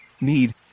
need